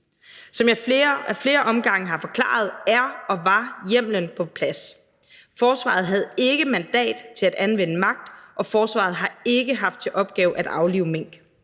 Som jeg ad flere omgange har forklaret, er og var hjemmelen på plads. Forsvaret havde ikke mandat til at anvende magt, og forsvaret har ikke haft til opgave at aflive mink.